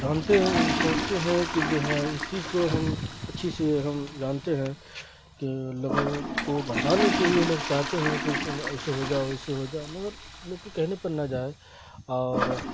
جانتے ہیں سوچتے ہیں کہ جو ہے اس چیز کو ہم اچھی سے ہم جانتے ہیں کہ لوگوں کو بڑھکانے کے لیے لوگ چاہتے ہیں کہ تم ایسے ہو جاؤ ویسے ہو جاؤ مگر لوگوں کو کہنے پر نہ جائیں اور